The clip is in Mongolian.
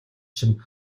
чинь